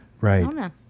Right